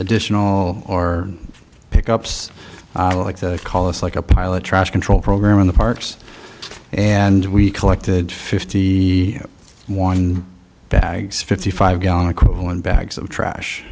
additional or pick ups like that call us like a pilot trash control program in the parks and we collected fifty one bags fifty five gallon equivalent bags of trash